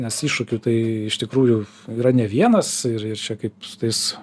nes iššūkių tai iš tikrųjų yra ne vienas ir ir čia kaip su tais